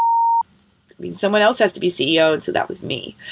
mean, someone else has to be ceo, and so that was me.